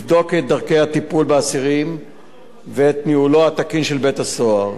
לבדוק את דרכי הטיפול באסירים ואת ניהולו התקין של בית-הסוהר.